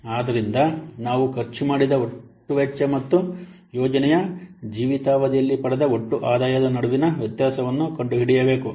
ಆದ್ದರಿಂದ ನಾವು ಖರ್ಚು ಮಾಡಿದ ಒಟ್ಟು ವೆಚ್ಚ ಮತ್ತು ಯೋಜನೆಯ ಜೀವಿತಾವಧಿಯಲ್ಲಿ ಪಡೆದ ಒಟ್ಟು ಆದಾಯದ ನಡುವಿನ ವ್ಯತ್ಯಾಸವನ್ನು ಕಂಡುಹಿಡಿಯಬೇಕು